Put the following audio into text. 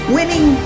Winning